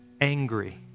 angry